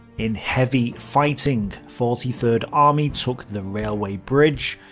in heavy fighting, forty third army took the railway bridge,